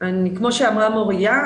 כמו שאמרה מוריה,